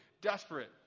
desperate